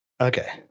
Okay